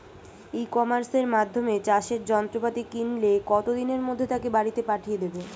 ই কমার্সের মাধ্যমে চাষের যন্ত্রপাতি কিনলে কত দিনের মধ্যে তাকে বাড়ীতে পাঠিয়ে দেবে?